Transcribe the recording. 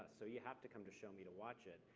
so you have to come to shomi to watch it,